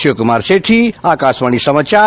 शिवकुमार सेठी आकाशवाणी समाचार